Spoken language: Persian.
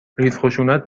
ریزخشونت